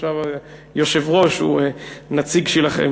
ועכשיו היושב-ראש הוא הנציג שלכם,